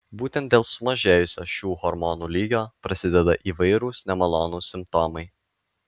būtent dėl sumažėjusio šių hormonų lygio prasideda įvairūs nemalonūs simptomai